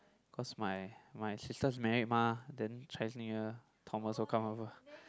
cause my my sister married mah then Chinese New Year Tom also come over